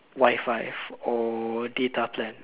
Wifi or data plan